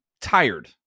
tired